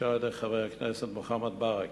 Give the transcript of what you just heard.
שהוגשה על-ידי חבר הכנסת מוחמד ברכה.